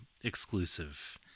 exclusive